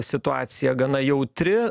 situacija gana jautri